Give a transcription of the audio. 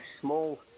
small